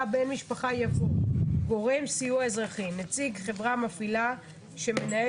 "בן משפחה" יבוא: ""גורם סיוע אזרחי" נציג חברה מפעילה שמנהל